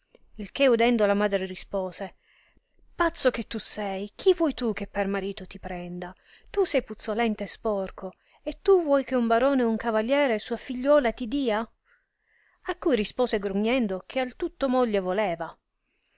il che udendo la madre rispose pazzo che tu sei chi vuoi tu che per marito ti prenda tu sei puzzolente e sporco e tu vuoi che uno barone o cavaliere sua figliuola ti dia a cui rispose grugnendo che al tutto moglie voleva